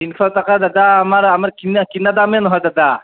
তিনিশ টকা দাদা আমাৰ আমাৰ কিনা কিনা দামে নহয় দাদা